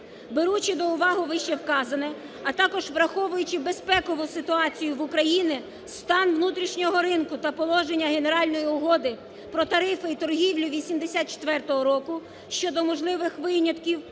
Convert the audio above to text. Беручи до уваги вищевказане, а також враховуючи безпекову ситуацію в Україні, стан внутрішнього ринку та положення Генеральної угоди про тарифи і торгівлю 1984 року щодо можливих винятків,